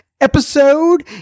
episode